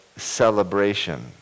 celebration